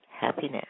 happiness